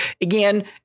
Again